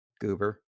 goober